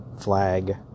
flag